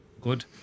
Good